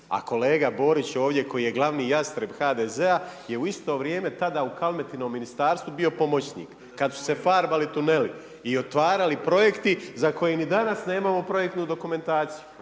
a kolega Borić ovdje koji je glavni Jastreb HDZ-a je u isto vrijeme tada u Kalmetinom ministarstvu bio pomoćnik kada su se farbali tuneli i otvarali projekti za koje ni danas nemamo projektnu dokumentaciju.